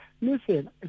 Listen